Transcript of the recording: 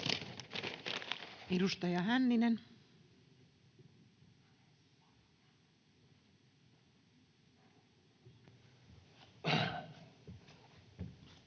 Edustaja Hänninen.